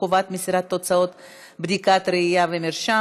חובת מסירת תוצאות בדיקת ראייה ומרשם),